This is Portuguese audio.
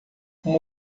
uma